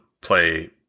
play